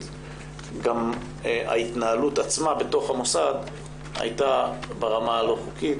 גם ההתנהלות עצמה בתוך המוסד הייתה ברמה הלא חוקית,